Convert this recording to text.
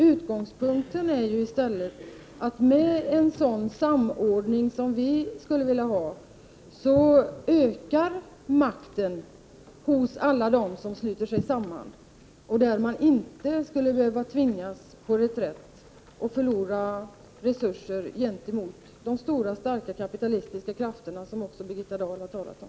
Utgångspunkten är i stället att med en sådan samordning som vi skulle vilja ha ökar makten hos alla dem som sluter sig samman och att de inte skulle tvingas till reträtt och förlora resurser gentemot de stora starka kapitalistiska krafterna, som också Birgitta Dahl talat om.